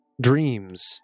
dreams